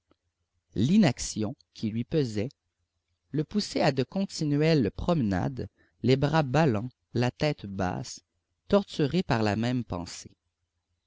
l'inaction qui lui pesait le poussait à de continuelles promenades les bras ballants la tête basse torturé par la même pensée